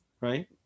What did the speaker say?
right